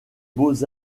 beaux